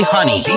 Honey